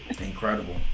Incredible